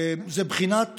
הוא בחינת